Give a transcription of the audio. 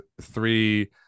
three